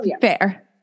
fair